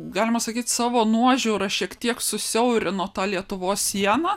galima sakyt savo nuožiūra šiek tiek susiaurino tą lietuvos sieną